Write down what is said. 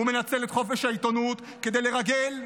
הוא מנצל את חופש העיתונות כדי לרגל,